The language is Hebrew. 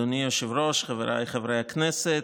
אדוני היושב-ראש, חבריי חברי הכנסת,